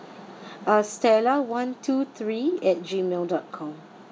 uh stella one two three at G mail dot com